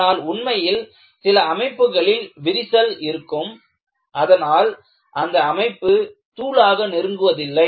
ஆனால் உண்மையில் சில அமைப்புகளில் விரிசல்கள் இருக்கும் அதனால் அந்த அமைப்பு தூளாக நொறுங்குவதில்லை